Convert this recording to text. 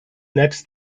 next